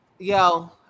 Yo